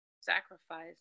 sacrifice